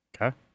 Okay